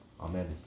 Amen